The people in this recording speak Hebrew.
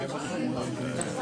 הר"י יבחרו להגיע לתהליך של הסכם